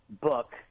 book